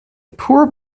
poor